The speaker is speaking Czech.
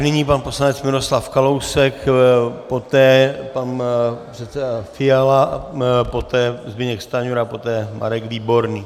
Nyní pan poslanec Miroslav Kalousek, poté pan předseda Fiala, poté Zbyněk Stanjura, poté Marek Výborný.